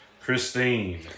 Christine